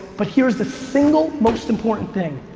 but here's the single most important thing